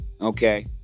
Okay